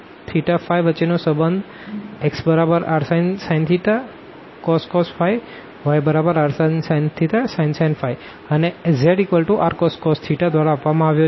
તો xyz અને આrθϕ વચ્ચેનો સંબંધ xrsin cos yrsin sin અને zrcos દ્વારા આપવામાં આવ્યો છે